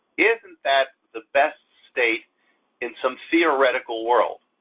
isn't that the best state in some theoretical world?